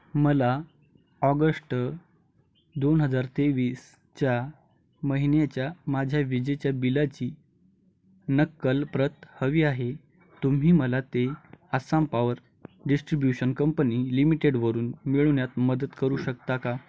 मला ऑगष्ट दोन हजार तेवीसच्या महिन्याच्या माझ्या विजेच्या बिलाची नक्कलप्रत हवी आहे तुम्ही मला ते आसाम पॉवर डिस्ट्रिब्युशन कंपनी लिमिटेडवरून मिळवण्यात मदत करू शकता का